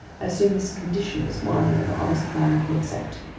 i assume this condition is one an honest man can accept?